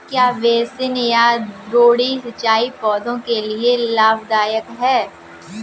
क्या बेसिन या द्रोणी सिंचाई पौधों के लिए लाभदायक है?